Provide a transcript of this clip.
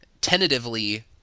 tentatively